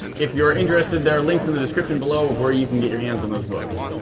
if you're interested there links in the description below of where you can get your hands on those books.